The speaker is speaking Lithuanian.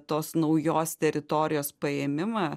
tos naujos teritorijos paėmimą